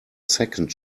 second